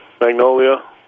magnolia